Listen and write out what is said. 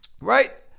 right